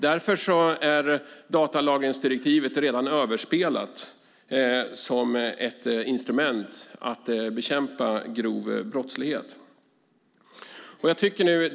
Därför är datalagringsdirektivet redan överspelat som ett instrument för att bekämpa grov brottslighet.